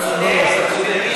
הוא צודק,